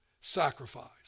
Sacrifice